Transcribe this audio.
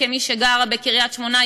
כמי שגרה בקריית שמונה,